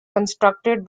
constructed